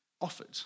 Offered